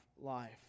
life